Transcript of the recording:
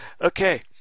Okay